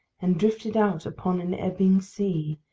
and drifted out upon an ebbing sea!